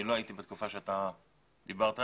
אני לא הייתי בתקופה שאתה דיברת עליה.